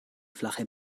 flache